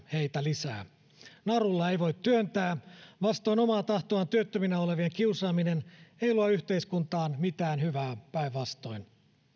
heitä köyhdytetään lisää narulla ei voi työntää vastoin omaa tahtoaan työttöminä olevien kiusaaminen ei luo yhteiskuntaan mitään hyvää päinvastoin